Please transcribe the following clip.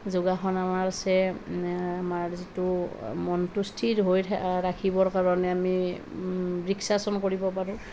যোগাসনৰ আৰু আমাৰ আছে আমাৰ যিটো মন সুস্থিৰ হৈ ৰাখিবৰ কাৰণে আমি আমি বৃক্সাসন কৰিব পাৰোঁ